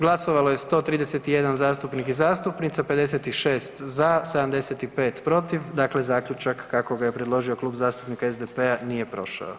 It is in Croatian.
Glasovalo je 131 zastupnik i zastupnica, 56 za, 75 protiv dakle zaključak kako ga je predložio Klub zastupnika SAD-a nije prošao.